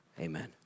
Amen